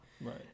Right